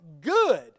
good